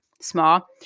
small